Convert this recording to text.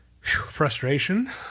frustration